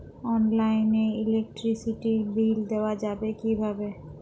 অনলাইনে ইলেকট্রিসিটির বিল দেওয়া যাবে কিভাবে?